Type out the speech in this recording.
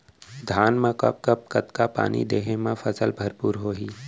धान मा कब कब कतका पानी देहे मा फसल भरपूर होही?